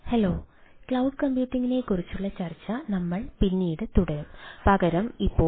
hello